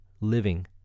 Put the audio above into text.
living